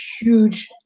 huge